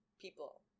people